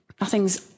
nothing's